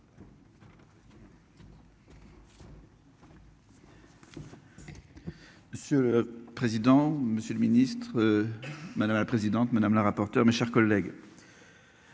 Monsieur le président, Monsieur le Ministre. Madame la présidente madame la rapporteure, mes chers collègues.